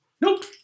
Nope